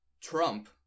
Trump